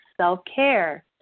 self-care